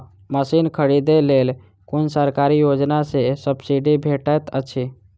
Machine खरीदे लेल कुन सरकारी योजना सऽ सब्सिडी भेटैत अछि?